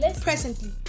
presently